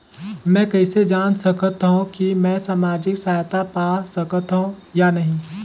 मै कइसे जान सकथव कि मैं समाजिक सहायता पा सकथव या नहीं?